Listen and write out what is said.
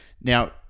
Now